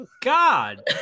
god